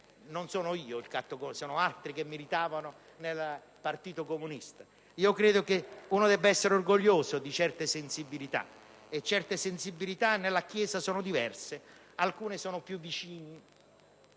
Non sono io il cattocomunista, sono altri che militavano nel Partito Comunista. Io credo che uno debba essere orgoglioso di certe sensibilità, e certe sensibilità nella Chiesa sono diverse: alcune sono più vicine